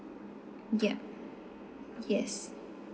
ya yes